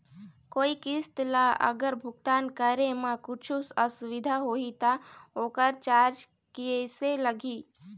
कोई किस्त ला अगर भुगतान करे म कुछू असुविधा होही त ओकर चार्ज कैसे लगी?